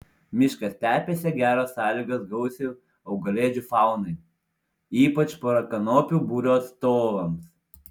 miškastepėse geros sąlygos gausiai augalėdžių faunai ypač porakanopių būrio atstovams